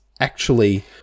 actually-